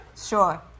Sure